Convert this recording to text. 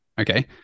Okay